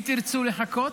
אם תרצו לחכות,